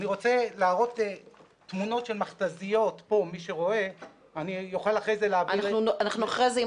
אני רוצה להראות תמונות של מכת"זיות --- אחרי זה אם תרצה